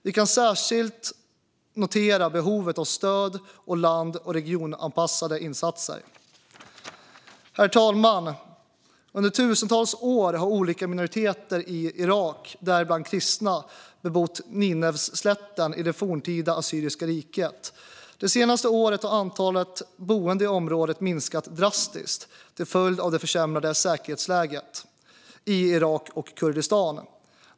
Vi kan särskilt notera behovet av stöd och lands och regionanpassade insatser. Herr talman! Under tusentals år har olika minoriteter i Irak, däribland kristna, bebott Nineveslätten, som ingick i det forntida assyriska riket. De senaste åren har antalet boende i området minskat drastiskt till följd av det försämrade säkerhetsläget i Irak och Kurdistan.